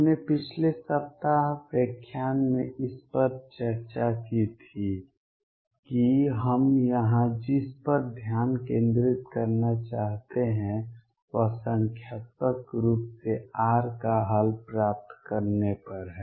हमने पिछले सप्ताह व्याख्यान में इस सब पर चर्चा की थी कि हम यहां जिस पर ध्यान केंद्रित करना चाहते हैं वह संख्यात्मक रूप से r का हल प्राप्त करने पर है